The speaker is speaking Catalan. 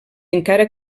encara